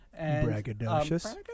Braggadocious